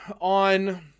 on